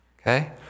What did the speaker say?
okay